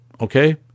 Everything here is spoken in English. okay